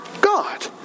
God